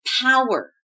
power